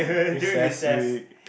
recess week